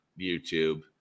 YouTube